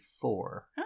four